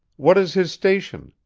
what is his station?